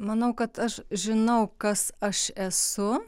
manau kad aš žinau kas aš esu